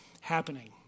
happening